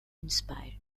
inspire